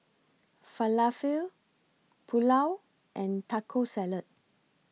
Falafel Pulao and Taco Salad